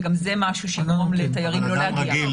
וגם זה משהו שגורם לתיירים לא להגיע.